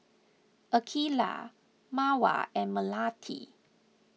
Aqeelah Mawar and Melati